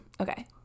Okay